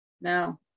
No